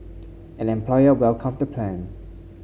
an employer welcomed the plan